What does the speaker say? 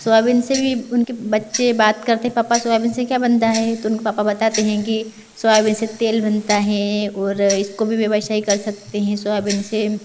soybean से भी उनके बच्चे बात करते पापा सोयाबीन से क्या बनता है तो उनके पापा बताते हैं कि सोयाबीन से तेल बनता है और इसको भी व्यवसाय कर सकते हैं सोयाबीन से